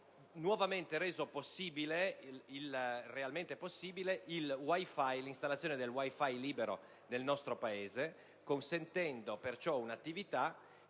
realmente reso possibile l'installazione del *WiFi* libero nel nostro Paese, consentendo perciò un'attività che